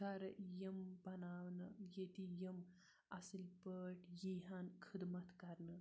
گَرٕ یِم بَناونہٕ ییٚتہِ یِم اَصٕل پٲٹھۍ یی ہَن خدمت کَرنہٕ